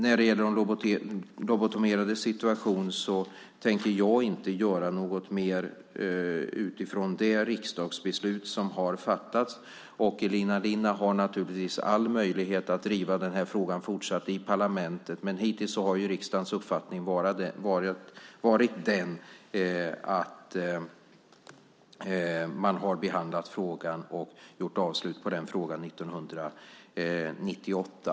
När det gäller de lobotomerades situation tänker jag inte göra något mer, utifrån det riksdagsbeslut som har fattats. Elina Linna har naturligtvis all möjlighet att fortsatt driva den här frågan i parlamentet. Men hittills har riksdagens uppfattning varit den att man har behandlat frågan och gjort avslut på den 1998.